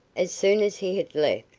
as soon as he had left,